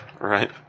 right